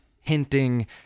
hinting